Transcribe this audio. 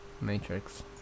Matrix